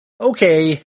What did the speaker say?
okay